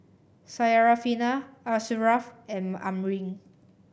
Syarafina Asharaff and Amrin